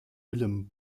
willem